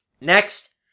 Next